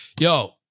yo